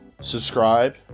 subscribe